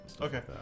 Okay